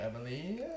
Emily